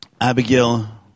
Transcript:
Abigail